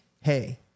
hey